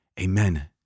Amen